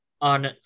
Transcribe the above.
on